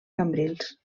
cambrils